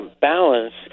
balance